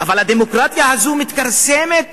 אבל הדמוקרטיה הזאת מתכרסמת